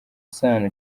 isano